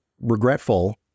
regretful